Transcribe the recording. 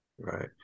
right